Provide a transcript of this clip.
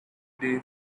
day